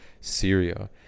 Syria